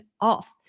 off